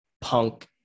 punk